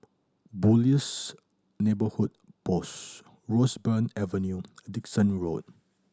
Boon Lays Neighbourhood Post Roseburn Avenue Dickson Road